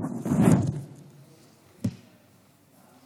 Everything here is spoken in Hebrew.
110 נרצחים השנה